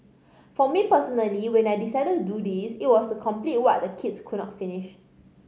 for me personally when I decided to do this it was to complete what the kids could not finish